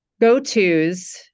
go-tos